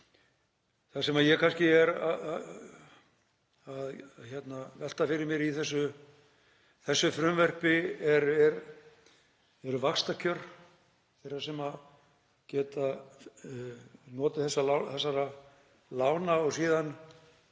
Það sem ég er kannski að velta fyrir mér í þessu frumvarpi eru vaxtakjör þeirra sem geta notið þessara lána og síðan